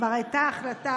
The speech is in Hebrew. כבר הייתה החלטה